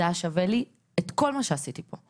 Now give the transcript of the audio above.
זה היה שווה לי את כל מה שעשיתי פה,